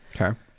Okay